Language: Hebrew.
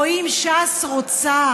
או אם ש"ס רוצה,